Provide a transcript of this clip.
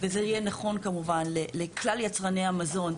וזה יהיה נכון כמובן לכלל יצרני המזון,